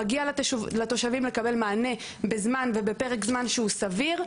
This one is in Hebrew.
מגיע לתושבים לקבל מענה בזמן ובפרק זמן שהוא סביר.